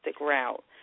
route